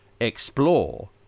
explore